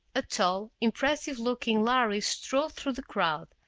a tall, impressive-looking lhari strode through the crowd,